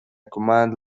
command